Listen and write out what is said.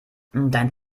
dein